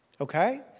Okay